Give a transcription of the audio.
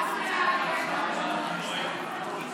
ההצעה להעביר את הצעת חוק למניעת